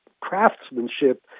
craftsmanship